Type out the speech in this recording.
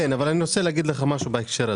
כן, אבל אני רוצה לומר לך משהו בהקשר הזה.